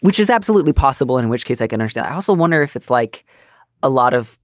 which is absolutely possible, in which case i cannot tell. i also wonder if it's like a lot of